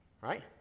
right